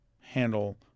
handle